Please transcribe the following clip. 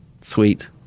Sweet